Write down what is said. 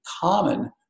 common